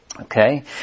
Okay